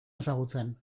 ezagutzen